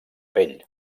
pell